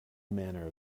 manner